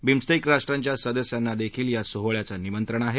BIMSTEC राष्ट्रांच्या सदस्यांना देखील या सोहळ्याचं निमंत्रण आहे